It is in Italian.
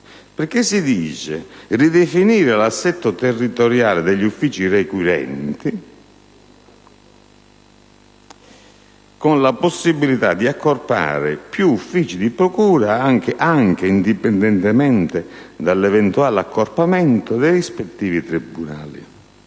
afferma: «ridefinire l'assetto territoriale degli uffici requirenti con la possibilità di accorpare più uffici di procura anche indipendentemente dall'eventuale accorpamento dei rispettivi tribunali».